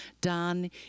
done